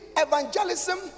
evangelism